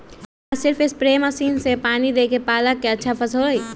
का सिर्फ spray machine से पानी देके पालक के अच्छा फसल होई?